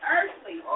Earthly